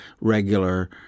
regular